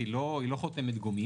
אנחנו חותמת גומי?